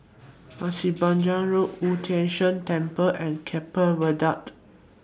Pasir Panjang Road Wu Tai Shan Temple and Keppel Viaduct